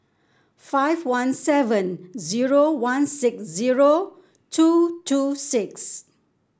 five one seven zero one six zero two two six